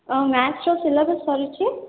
ଆଉ ମ୍ୟାଥ୍ର ସିଲାବସ୍ ସରିଛି